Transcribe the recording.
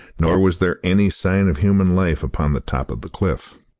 nor was there any sign of human life upon the top of the cliff.